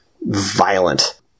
violent